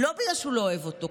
לא בגלל שהוא לא אוהב אותו,